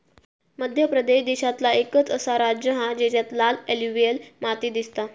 मध्य प्रदेश देशांतला एकंच असा राज्य हा जेच्यात लाल एलुवियल माती दिसता